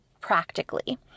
practically